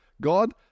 God